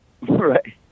Right